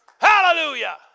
Hallelujah